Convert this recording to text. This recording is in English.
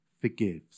forgives